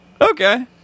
Okay